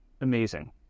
Amazing